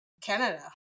Canada